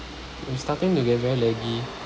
it's starting to get very laggy